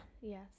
Yes